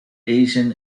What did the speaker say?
asian